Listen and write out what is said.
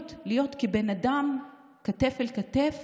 להיות, להיות כבן אדם כתף אל כתף